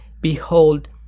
behold